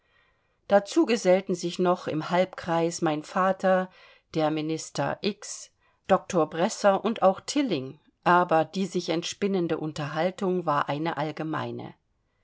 dazu gesellten sich noch im halbkreis mein vater der minister doktor bresser und auch tilling aber die sich entspinnende unterhaltung war eine allgemeine